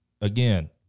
again